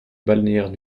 balnéaire